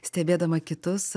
stebėdama kitus